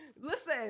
listen